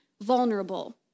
vulnerable